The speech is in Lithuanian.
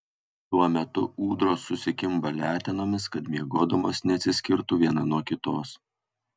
tuo metu ūdros susikimba letenomis kad miegodamos neatsiskirtų viena nuo kitos